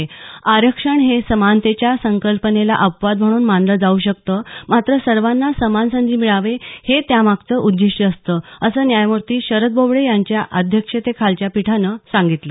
आरक्षण हे समानतेच्या सकंल्पनेला अपवाद म्हणून मानलं जाऊ शकतं मात्र सर्वांना समान संधी मिळावी हे त्यामागचं उद्दिष्ट असतं असं न्यायमूर्ती शरद बोबडे यांच्या अध्यक्षतेखालच्या पीठानं सांगितलं